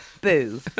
Boo